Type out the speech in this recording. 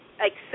accept